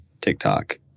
TikTok